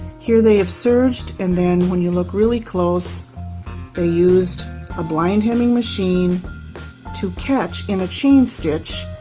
here they have serged and then when you look really close they used a blind hemming machine to catch in a chain stitch